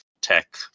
tech